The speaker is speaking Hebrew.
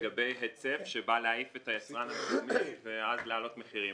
היצף שבא להעיף את היצרן המקומי ואז להעלות מחירים.